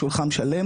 שולחן שלם,